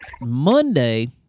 Monday